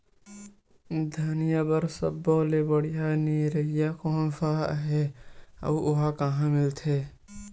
धनिया बर सब्बो ले बढ़िया निरैया कोन सा हे आऊ ओहा कहां मिलथे?